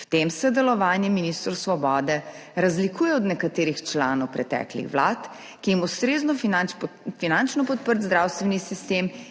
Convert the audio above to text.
V tem se delovanje ministrov Svobode razlikuje od nekaterih članov preteklih vlad, ki jim ustrezno finančno podprt zdravstveni sistem ni bil